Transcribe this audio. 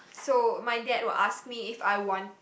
so my dad would ask me if I want